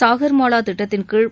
சாகர் மாலா திட்டத்தின்கீழ்